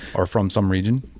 or from some region.